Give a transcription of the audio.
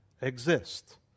exist